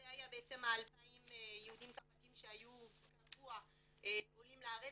וזה היה בעצם ה-2,000 יהודים צרפתים שהיו קבוע עולים לארץ,